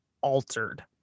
altered